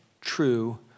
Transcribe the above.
True